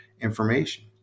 information